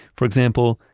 for example,